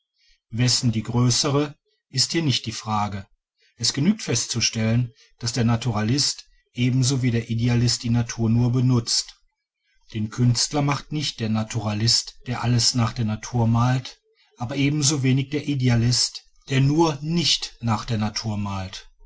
wessen die grössere ist hier nicht die frage es genügt festzustellen daß der naturalist ebenso wie der idealist die natur nur benutzt den künstler macht nicht der naturalist der alles nach der natur malt aber ebensowenig der idealist der nur nicht nach der natur malt